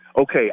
okay